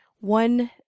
one